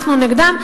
אנחנו נגדם,